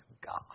God